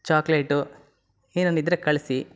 chocolate ಏನೇನು ಇದ್ದರೆ ಕಳಿಸಿ